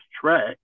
track